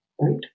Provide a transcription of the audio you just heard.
Right